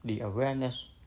awareness